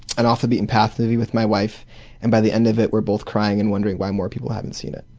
an off-the-beaten-path movie with my wife and by the end of it we're both crying and wondering why more people haven't seen it.